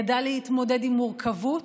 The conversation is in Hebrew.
ידע להתמודד עם מורכבות,